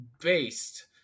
based